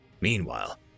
Meanwhile